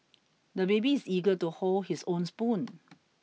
the baby is eager to hold his own spoon